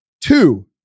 Two